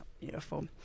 beautiful